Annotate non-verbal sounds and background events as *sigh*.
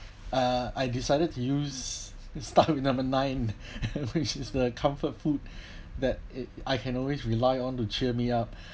uh I decided to use the *laughs* start with number nine which is the comfort food that it I can always rely on to cheer me up